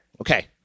Okay